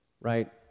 right